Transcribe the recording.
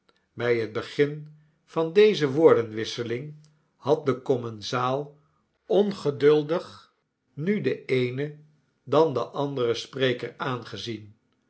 bij het begin van deze woordenwisseling had de commensaal ongeduldig nu den eenen dan den anderen spreker aangezien